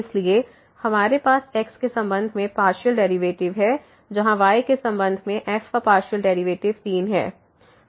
इसलिए हमारे पास x के संबंध में पार्शियल डेरिवेटिव है जहां y के संबंध में f का पार्शियल डेरिवेटिव 3 है